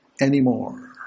anymore